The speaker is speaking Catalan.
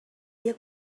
dia